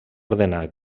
ordenar